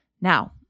Now